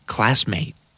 Classmate